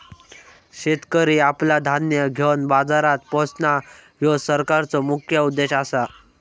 शेतकरी आपला धान्य घेवन बाजारात पोचणां, ह्यो सरकारचो मुख्य उद्देश आसा